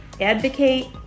advocate